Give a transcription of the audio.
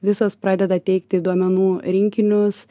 visos pradeda teikti duomenų rinkinius